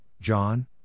John